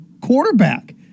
quarterback